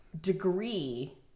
degree